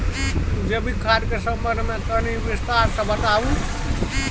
जैविक खाद के संबंध मे तनि विस्तार स बताबू?